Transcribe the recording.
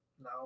No